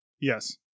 Yes